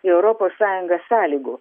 į europos sąjungą sąlygų